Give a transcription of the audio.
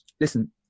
listen